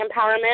Empowerment